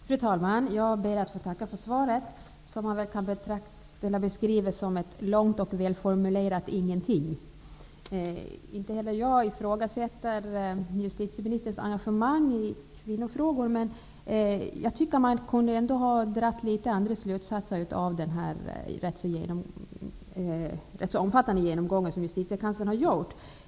Fru talman! Jag ber att få tacka för svaret. Det kan beskrivas som ett långt och välformulerat ingenting. Inte heller jag ifrågasätter justitieministerns engagemang i kvinnofrågor, men jag tycker ändå att man kunde ha dragit litet andra slutsatser av den ganska omfattande genomgång som Justitiekanslern har gjort.